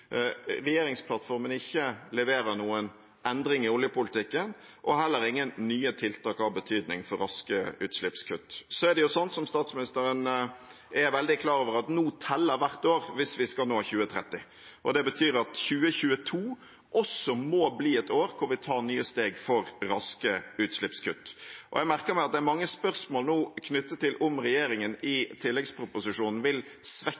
leverer ikke noen endring i oljepolitikken og heller ingen nye tiltak av betydning for raske utslippskutt. Så er det jo slik, som statsministeren er veldig klar over, at nå teller hvert år hvis vi skal nå 2030-målene, og det betyr at 2022 også må bli et år hvor vi tar nye steg for raske utslippskutt. Jeg merker meg at det er mange spørsmål nå knyttet til om regjeringen i tilleggsproposisjonen vil svekke